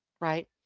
right